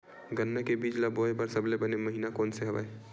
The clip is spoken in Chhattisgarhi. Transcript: गन्ना के बीज ल बोय बर सबले बने महिना कोन से हवय?